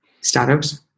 startups